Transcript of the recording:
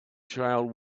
child